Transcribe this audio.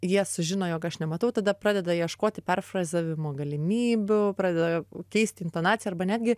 jie sužino jog aš nematau tada pradeda ieškoti perfrazavimo galimybių pradeda keisti intonaciją arba netgi